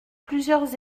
plusieurs